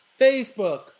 Facebook